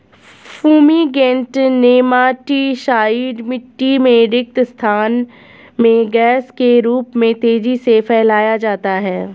fumigant nematicide मिटटी में रिक्त स्थान में गैस के रूप में तेजी से फैलाया जाता है